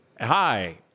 hi